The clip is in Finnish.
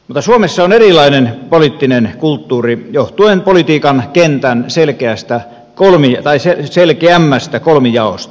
mutta suomessa on erilainen poliittinen kulttuuri johtuen politiikan kentän selkeämmästä kolmijaosta